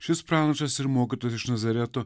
šis pranašas ir mokytojas iš nazareto